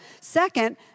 second